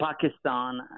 Pakistan